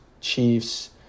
Chiefs